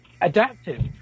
adaptive